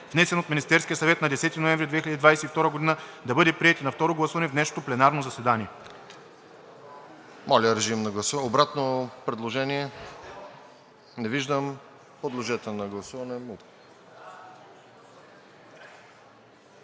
внесен от Министерския съвет на 10 ноември 2022 г., да бъде приет и на второ гласуване в днешното пленарно заседание.